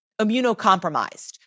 immunocompromised